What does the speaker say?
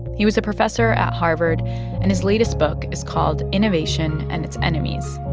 he was a professor at harvard and his latest book is called innovation and its enemies.